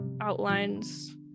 outlines